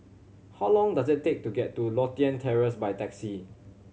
how long does it take to get to Lothian Terrace by taxi